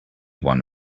won